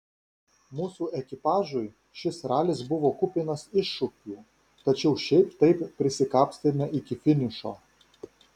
mūsų ekipažui šis ralis buvo kupinas iššūkių tačiau šiaip taip prisikapstėme iki finišo